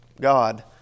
God